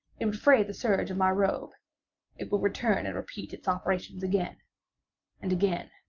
it would fray the serge of my robe it would return and repeat its operations again and again.